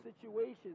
situations